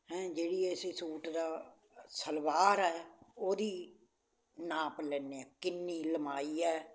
ਹੈਂ ਜਿਹੜੀ ਅਸੀਂ ਸੂਟ ਦਾ ਸਲਵਾਰ ਹੈ ਉਹਦੀ ਨਾਪ ਲੈਦੇ ਐਂ ਕਿੰਨੀ ਲੰਬਾਈ ਹੈ